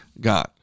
God